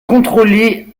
contrôlée